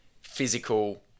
physical